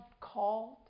called